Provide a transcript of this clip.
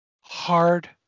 hard